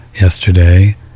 yesterday